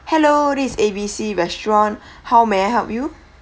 hello is A B C restaurant how may I help you